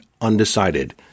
undecided